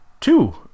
two